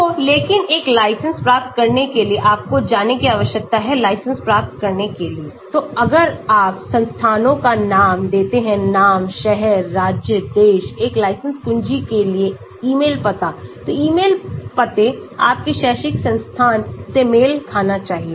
तो लेकिन एक लाइसेंस प्राप्त करने के लिए आपको जाने की आवश्यकता है लाइसेंस प्राप्त करने के लिए तो अगर आप संस्थानों का नाम देते हैं नाम शहर राज्य देश एक लाइसेंस कुंजी के लिए ईमेल पता तो ईमेल पते आपके शैक्षिक संस्थान से मेल खाना चाहिए